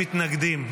מתנגדים.